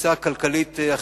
התפיסה הכלכלית-חברתית.